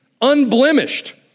unblemished